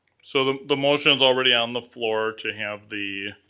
so the the motion's already on the floor to have the,